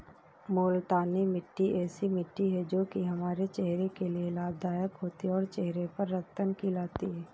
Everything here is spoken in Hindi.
मूलतानी मिट्टी ऐसी मिट्टी है जो की हमारे चेहरे के लिए लाभदायक होती है और चहरे पर रंगत भी लाती है